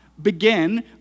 begin